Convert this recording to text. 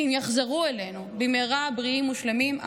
כי הם יחזרו אלינו במהרה בריאים ושלמים.